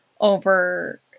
over